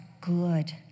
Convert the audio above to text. good